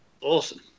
Awesome